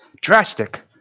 drastic